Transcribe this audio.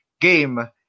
game